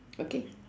okay